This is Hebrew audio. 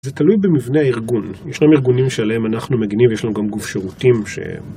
זה תלוי במבנה ארגון, ישנם ארגונים שעליהם אנחנו מגנים וישנם גם גוף שירותים ש...